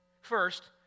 First